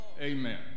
Amen